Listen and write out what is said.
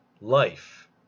life